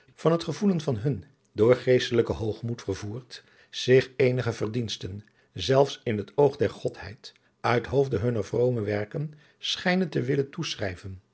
van het gevoelen van hun die door geestelijken hoogmoed vervoerd zich eenige verdiensten zelfs in het oog der godheid uit hoofde hunner vrome werken schijnen te willen